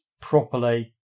properly